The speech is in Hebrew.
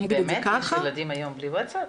באמת יש ילדים היום בלי וואטסאפ?